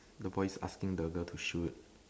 the boy is asking the girl to shoot